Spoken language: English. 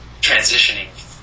transitioning